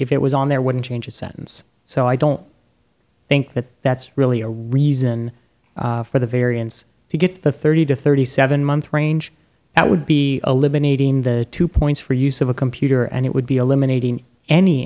it was on there wouldn't change his sentence so i don't think that that's really a reason for the variance to get the thirty to thirty seven month range that would be eliminating the two points for use of a computer and it would be eliminating any